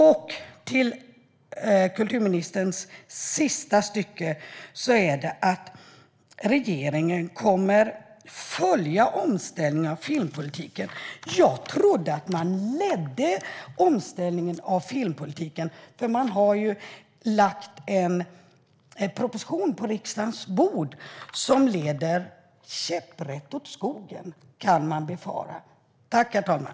I sista stycket av svaret säger kulturministern att regeringen kommer att följa omställningen av filmpolitiken. Jag trodde att den ledde omställningen av filmpolitiken. Regeringen har lagt en proposition på riksdagens bord som man kan befara leder käpprätt åt skogen.